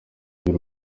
iby’u